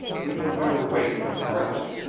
we had better wait for the rest,